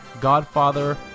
Godfather